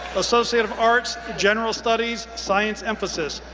associate of arts, general studies, science emphasis,